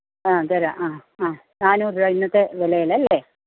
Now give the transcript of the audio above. ആ തരാം ആ ആ നാന്നൂറ് രൂപ ഇന്നത്തെ വിലയിലല്ലേ